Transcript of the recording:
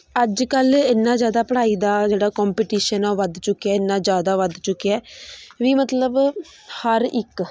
ਅੱਜ ਕੱਲ੍ਹ ਇੰਨਾ ਜ਼ਿਆਦਾ ਪੜ੍ਹਾਈ ਦਾ ਜਿਹੜਾ ਕੋਂਪਟੀਸ਼ਨ ਆ ਉਹ ਵੱਧ ਚੁੱਕਿਆ ਇੰਨਾ ਜ਼ਿਆਦਾ ਵੱਧ ਚੁੱਕਿਆ ਵੀ ਮਤਲਬ ਹਰ ਇੱਕ